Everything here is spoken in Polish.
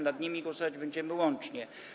Nad nimi głosować będziemy łącznie.